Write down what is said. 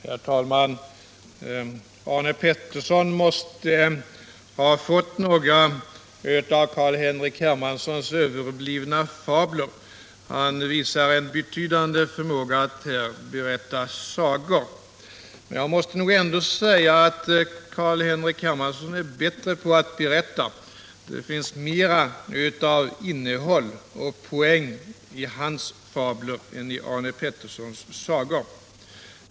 Herr talman! Arne Pettersson måste ha fått några av Carl-Henrik Hermanssons överblivna fabler. Han visar en betydande förmåga att berätta sagor. Men jag måste nog ändå säga att Carl-Henrik Hermansson är bättre på att berätta. Det finns mera av innehåll och poäng i hans fabler än i Arne Petterssons sagor.